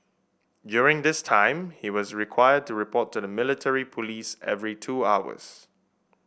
during this time he is required to report to the military police every two hours